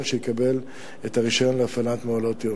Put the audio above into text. שיקבל את הרשיון להפעלת מעונות-יום.